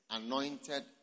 anointed